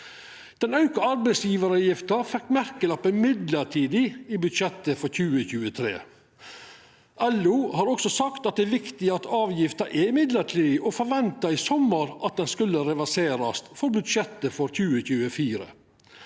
Den auka arbeidsgjevaravgifta fekk merkelappen «midlertidig» i budsjettet for 2023. LO har også sagt at det er viktig at avgifta er midlertidig, og forventa i sommar at ho skulle reverserast i budsjettet for 2024.